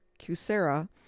Cusera